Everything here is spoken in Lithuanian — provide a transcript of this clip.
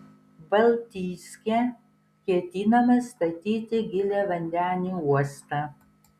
baltijske ketinama statyti giliavandenį uostą